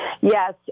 Yes